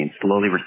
slowly